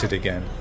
again